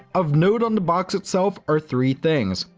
of note on the box itself are three things.